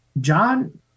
John